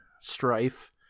Strife